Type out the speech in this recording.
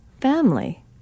family